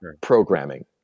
programming